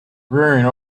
rearing